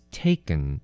taken